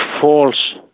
false